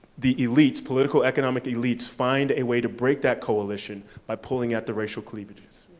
the elites, political economic elites, find a way to break that coalition by pulling out the racial cleavages.